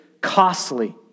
costly